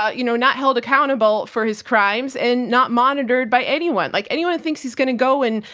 ah you know, not held accountable for his crimes, and not monitored by anyone. like anyone thinks he's going to go and,